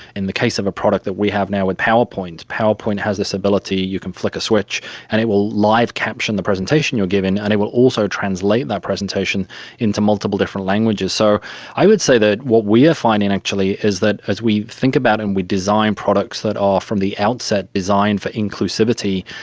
in the case of a product that we have now with powerpoint, powerpoint has this ability, you can flick a switch and it will live-caption the presentation you're giving and it will also translate that presentation into multiple different languages. so i would say that what we are finding actually is that as we think about and we design products that from the outset designed for inclusivity,